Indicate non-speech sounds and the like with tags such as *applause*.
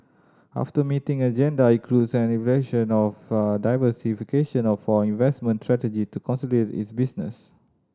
after meeting agenda includes an evaluation of a diversification *unintelligible* investment strategy to consolidate its business